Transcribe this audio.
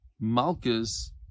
malchus